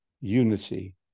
unity